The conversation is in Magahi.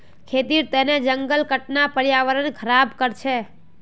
खेतीर तने जंगल काटना पर्यावरण ख़राब कर छे